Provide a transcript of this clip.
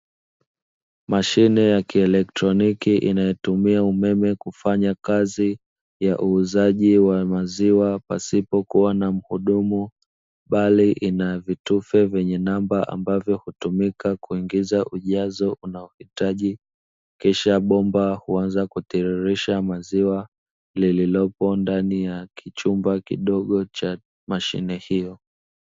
Mashine ya kielectroniki inayotumia umeme kufanya kazi ya uuzaji wa maziwa pasipokuwa na muhudumu, bali ina vitufe vyenye namba ambavyo hutumika kuingiza ujazo unaouhitaji, kisha bomba huanza kutiririsha maziwa lililopo ndani ya kichumba kidogo cha mashine hiyo.